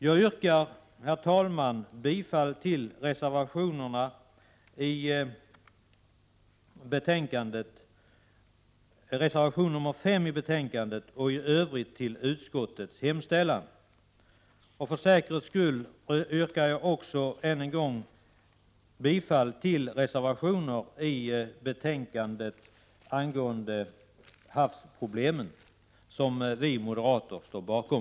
Jag yrkar, herr talman, bifall till reservation nr 5 i betänkandet och i övrigt bifall till utskottets hemställan. För säkerhets skull yrkar jag än en gång bifall till de reservationer angående havsproblemen som vi moderater står bakom.